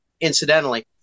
incidentally